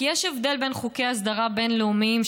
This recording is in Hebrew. כי יש הבדל בין חוקי הסגרה בין-לאומיים,